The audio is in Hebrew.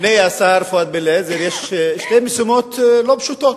בפני השר פואד בן-אליעזר יש שתי משימות לא פשוטות,